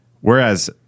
Whereas